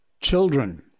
Children